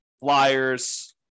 flyers